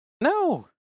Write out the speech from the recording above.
No